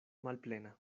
malplena